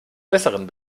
besseren